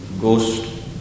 ghost